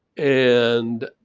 and